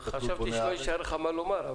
חשבתי שלא יישאר לך מה לומר.